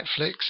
Netflix